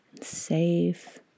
safe